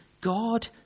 God